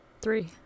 three